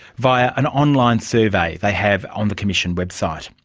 via an on-line survey they have on the commission website.